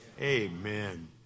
Amen